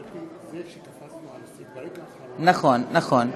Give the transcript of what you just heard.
נכון, נכון.